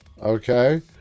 Okay